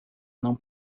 não